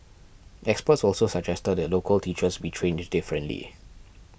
experts also suggested that local teachers be trained differently